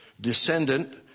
descendant